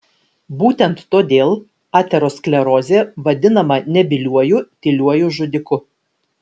būtent todėl aterosklerozė vadinama nebyliuoju tyliuoju žudiku